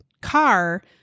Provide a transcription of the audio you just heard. car